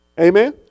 Amen